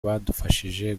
badufashije